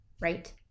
right